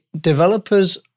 developers